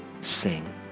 sing